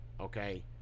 okay